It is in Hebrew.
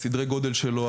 סדרי הגודל שלו,